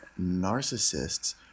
narcissists